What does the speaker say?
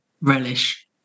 relish